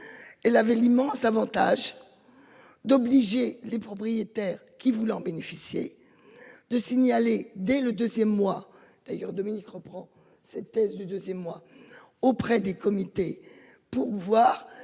Elle avait l'immense Avantage. D'obliger les propriétaires qui voulant en bénéficier. De signaler dès le 2ème mois d'ailleurs Dominique reprend cette thèse du mois auprès des comités pour voir